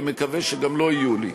ואני מקווה שגם לא יהיו לי.